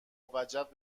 وجب